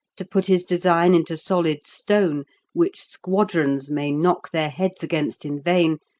to put his design into solid stone which squadrons may knock their heads against in vain,